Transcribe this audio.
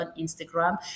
instagram